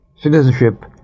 citizenship